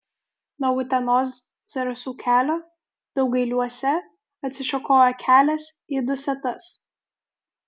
nuo utenos zarasų kelio daugailiuose atsišakoja kelias į dusetas